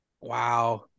Wow